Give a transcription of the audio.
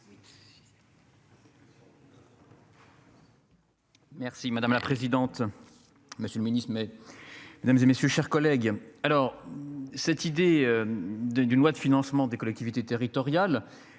Merci madame la présidente. Monsieur le Ministre mais. Mesdames et messieurs, chers collègues. Alors cette idée. D'une loi de financement des collectivités territoriales.